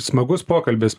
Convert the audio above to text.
smagus pokalbis